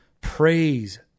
Praise